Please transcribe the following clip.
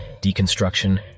deconstruction